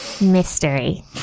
Mystery